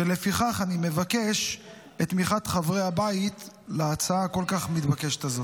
ולפיכך אני מבקש את תמיכת חברי הבית להצעה הכל-כך מתבקשת הזאת.